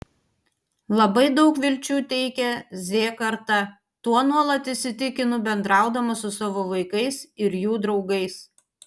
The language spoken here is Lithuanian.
labai daug vilčių teikia z karta tuo nuolat įsitikinu bendraudama su savo vaikais ir jų draugais